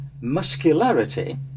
muscularity